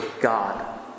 God